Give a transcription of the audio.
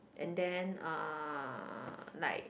and then uh like